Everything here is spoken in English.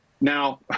Now